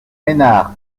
ménard